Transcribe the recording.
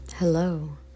Hello